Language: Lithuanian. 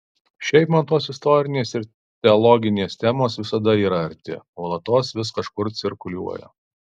šiaip man tos istorinės ir teologinės temos visada yra arti nuolatos vis kažkur cirkuliuoja